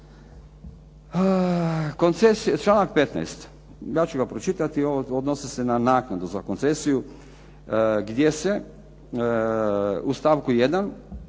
pozvati. Članak 15. Ja ću ga pročitati. Odnosi se na naknadu za koncesiju gdje se u stavku 1.